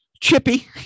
Chippy